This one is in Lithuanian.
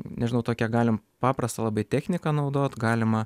nežinau tokią galim paprastą labai techniką naudot galima